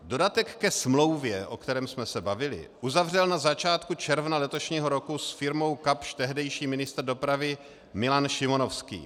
Dodatek ke smlouvě, o kterém jsme se bavili, uzavřel na začátku června letošního roku s firmou Kapsch tehdejší ministr dopravy Milan Šimonovský.